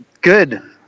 good